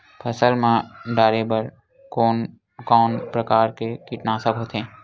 फसल मा डारेबर कोन कौन प्रकार के कीटनाशक होथे?